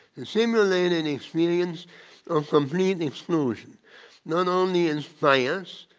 assimilated and experience of complete exclusion not only in bias,